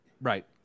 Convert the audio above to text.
Right